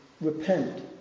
repent